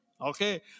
Okay